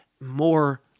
more